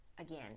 again